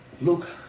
Look